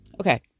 Okay